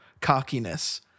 cockiness